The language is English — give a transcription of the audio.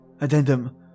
Addendum